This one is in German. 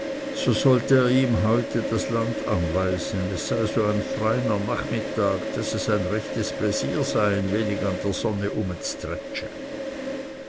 so sollte er ihm heute das land anweisen es sei ein so freiner nachmittag daß es ein rechtes pläsier sei ein wenig an der sunne